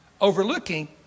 overlooking